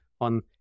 on